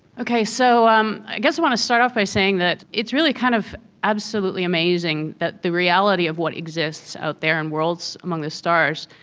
okay, so um i guess i want to start off by saying that it's really kind of absolutely amazing that the reality of what exists out there in worlds among the stars.